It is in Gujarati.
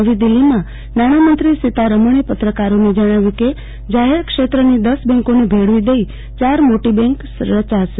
નવી દિલ્ફીમાં નાણામંત્રી નિર્મલા સીતારમણે પત્રકારોને જણાવ્યુ કે જાહેરક્ષેત્રની દસ બેન્કોને ભેળવી દઈ ચાર મોટી બેન્ક રચાશે